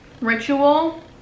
ritual